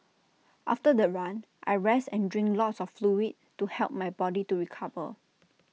after the run I rest and drink lots of fluid to help my body to recover